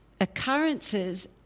occurrences